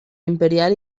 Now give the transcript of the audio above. imperial